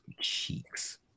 cheeks